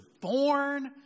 born